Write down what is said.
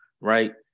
right